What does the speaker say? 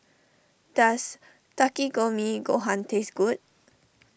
does Takikomi Gohan taste good